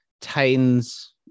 Titans